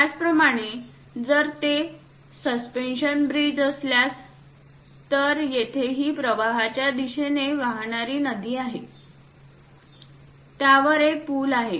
त्याचप्रमाणे जर ते सस्पेन्शन ब्रिज असल्यास तर येथे ही प्रवाहाच्या दिशेने वाहणारी नदीआहे आणि त्यावर एक पूल आहे